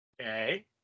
okay